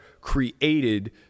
created